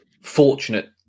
fortunate